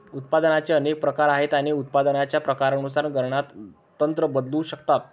उत्पादनाचे अनेक प्रकार आहेत आणि उत्पादनाच्या प्रकारानुसार गणना तंत्र बदलू शकतात